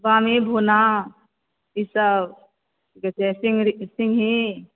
वामी भुन्ना ईसभ की कहै छै सिंघरी सिंघी